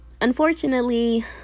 unfortunately